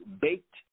baked